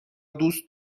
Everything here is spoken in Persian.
دوست